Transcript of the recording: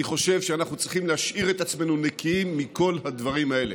אני חושב שאנחנו צריכים להשאיר את עצמנו נקיים מכל הדברים האלה.